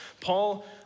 Paul